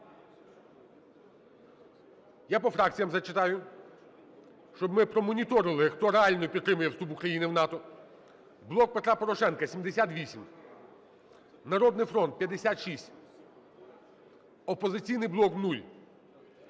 Я по фракціям зачитаю, щоб ми промоніторили, хто реально підтримує вступ України в НАТО. "Блок Петра Порошенка" – 78, "Народний фронт" – 56, "Опозиційний блок" –